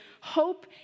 hope